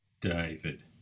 David